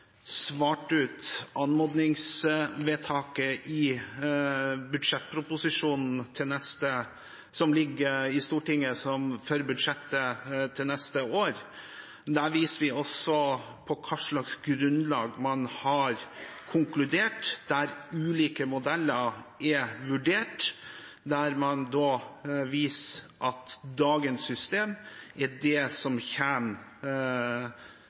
svart ut anmodningsvedtaket i budsjettproposisjonen for neste år, som ligger i Stortinget. Der viser vi også på hvilket grunnlag man har konkludert. Ulike modeller er vurdert, og man viser til at dagens system er det som tjener